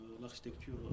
l'architecture